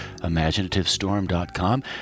imaginativestorm.com